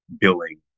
billing